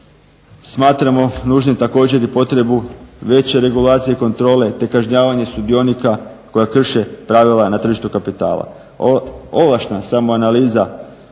Smatramo nužnim također i potrebu veće regulacije i kontrole, te kažnjavanje sudionika koja krše pravila na tržištu kapitala.